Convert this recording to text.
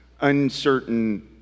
uncertain